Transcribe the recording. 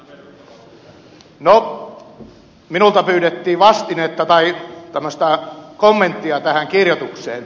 no minulta pyydettiin vastinetta tai tämmöistä kommenttia tähän kirjoitukseen